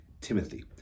Timothy